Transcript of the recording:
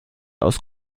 aus